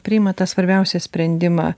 priima tą svarbiausią sprendimą